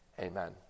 Amen